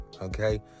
Okay